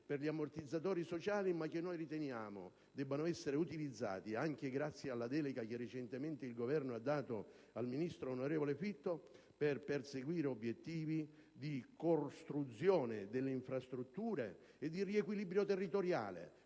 per gli ammortizzatori sociali, ma che riteniamo debbano essere utilizzati anche grazie alla delega che recentemente il Governo ha dato al ministro Fitto, per perseguire obiettivi di costruzione delle infrastrutture e di riequilibrio territoriale.